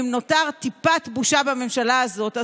אם נותרה טיפת בושה בממשלה הזאת,